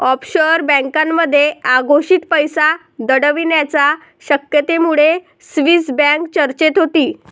offshore बँकांमध्ये अघोषित पैसा दडवण्याच्या शक्यतेमुळे स्विस बँक चर्चेत होती